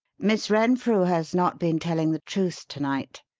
miss renfrew has not been telling the truth to-night!